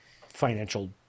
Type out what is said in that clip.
financial